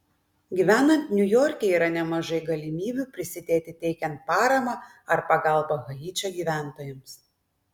gyvenant niujorke yra nemažai galimybių prisidėti teikiant paramą ar pagalbą haičio gyventojams